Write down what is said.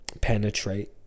penetrate